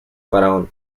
faraón